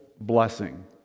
blessing